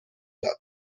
داد